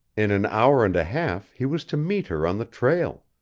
in an hour and a half he was to meet her on the trail.